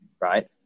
right